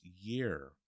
year